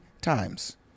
times